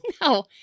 no